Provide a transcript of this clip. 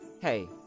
Hey